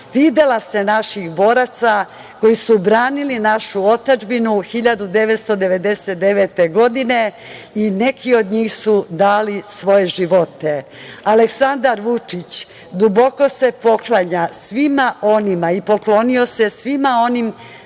stidela se naših boraca koji su branili našu otadžbinu 1999. godine i neki od njih su dali i svoje živote. Aleksandar Vučić duboko se poklanja svima onima i poklonio se svim onim